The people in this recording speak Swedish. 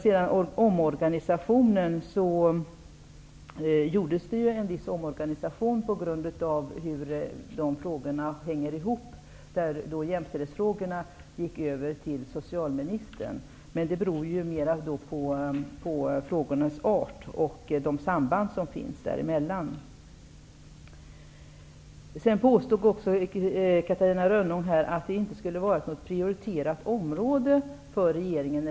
Det gjordes ju en viss omorganisation inom regeringen efter hur frågorna hänger ihop. Jämställdhetsfrågorna gick över till socialministern, men detta berodde mer på frågornas art och deras samband. Catarina Rönnung påstod att flykting och invandrarpolitiken inte skulle vara något prioriterat område för regeringen.